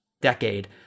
decade